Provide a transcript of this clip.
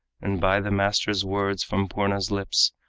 and by the master's words from purna's lips,